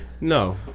No